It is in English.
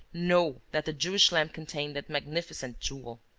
know that the jewish lamp contained that magnificent jewel.